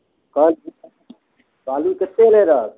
कह बालू कतेक रहे रऽ